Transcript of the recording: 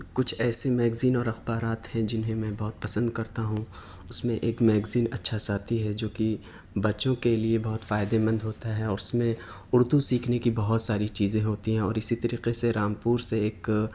کچھ ایسی میگزین اور اخبارات ہیں جنہیں میں بہت پسند کرتا ہوں اس میں ایک میگزین اچھا ساتھی ہے جو کہ بچوں کے لیے بہت فائدے مند ہوتا ہے اور اس میں اردو سیکھنے کی بہت ساری چیزیں ہوتی ہیں اور اسی طریقے سے رامپور سے ایک